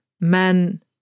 men